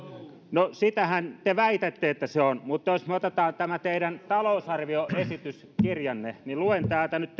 no niinhän te väitätte että se on mutta jos otetaan tämä teidän talousarvioesityskirjanne niin luen täältä nyt teille